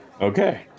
Okay